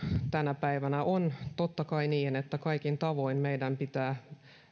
tänä päivänä totta kai niin että kaikin tavoin meidän pitää